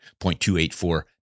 0.284